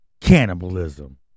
cannibalism